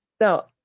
now